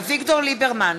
אביגדור ליברמן,